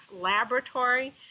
laboratory